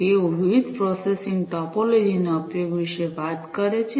તેઓ વિવિધ processing topology ના ઉપયોગ વિશે વાત કરે છે